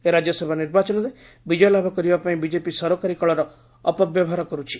ଏହି ରାଜ୍ୟସଭା ନିର୍ବାଚନରେ ବିଜୟ ଲାଭ କରିବାପାଇଁ ବିକେପି ସରକାରୀ କଳର ଅପବ୍ୟବହାର କରୁଛି